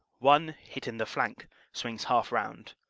one, hit in the flank swings half round.